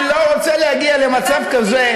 אני לא רוצה להגיע למצב כזה,